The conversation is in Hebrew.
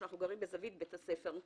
ואנחנו גרים בזווית בית הספר,